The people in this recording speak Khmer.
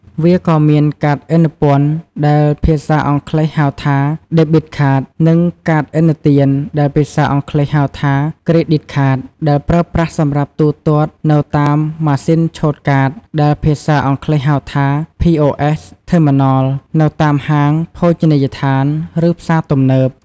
វាក៏មានកាតឥណពន្ធ ដែលភាសាអង់គ្លេសហៅថា ដេប៊ីត ខាត (Debit Card) និងកាតឥណទាន ដែលភាសាអង់គ្លេសហៅថា ក្រេឌីត ខាត (Credit Card) ដែលប្រើប្រាស់សម្រាប់ទូទាត់នៅតាមម៉ាស៊ីនឆូតកាត ដែលភាសាអង់គ្លេសហៅថា ភី អូ អេស ថឺមីណល (POS Terminal) នៅតាមហាង ភោជនីយដ្ឋាន ឬផ្សារទំនើប។